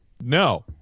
No